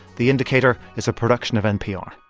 the indicator is a production of npr